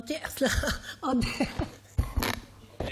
עוד תראה, עוד תראה.